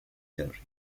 terre